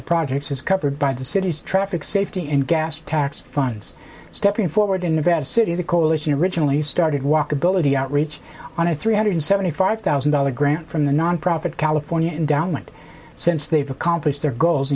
the project is covered by the city's traffic safety and gas tax funds stepping forward in nevada city the coalition originally started walkability outreach on a three hundred seventy five thousand dollars grant from the nonprofit california endowment since they've accomplished their goals